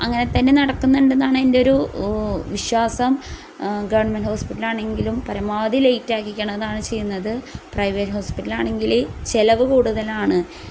അങ്ങനെത്തന്നെ നടക്കുന്നുണ്ടെന്നാണ് എന്റെയൊരു വിശ്വാസം ഗവൺമെൻറ് ഹോസ്പിറ്റലാണെങ്കിലും പരമാവധി ലേറ്റ് ആക്കിക്കണതാണ് ചെയ്യുന്നത് പ്രൈവറ്റ് ഹോസ്പിറ്റലാണെങ്കിൽ ചെലവ് കൂടുതലാണ്